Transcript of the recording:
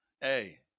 hey